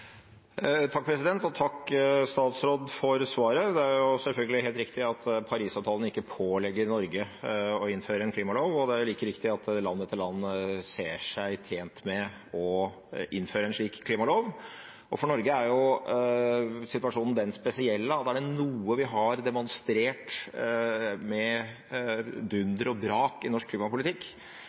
Takk til statsråden for svaret. Det er selvfølgelig helt riktig at Paris-avtalen ikke pålegger Norge å innføre en klimalov, og det er like riktig at land etter land ser seg tjent med å innføre en slik klimalov. For Norge er situasjonen den spesielle at er det noe vi har demonstrert med dunder og brak i norsk klimapolitikk,